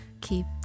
keep